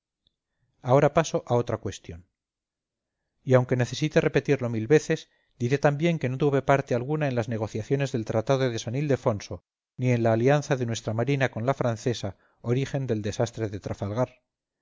ahora paso a otra cuestión y aunque necesite repetirlo mil veces diré también que no tuve parte alguna en las negociaciones del tratado de san ildefonso ni en la alianza de nuestra marina con la francesa origen del desastre de trafalgar